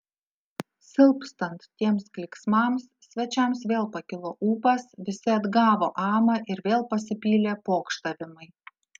silpstant tiems klyksmams svečiams vėl pakilo ūpas visi atgavo amą ir vėl pasipylė pokštavimai